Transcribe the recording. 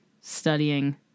studying